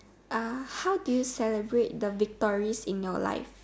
uh how do you celebrate the victories in your life